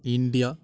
India